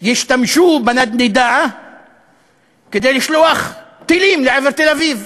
ישתמשו בנדנדה כדי לשלוח טילים לעבר תל-אביב.